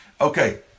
Okay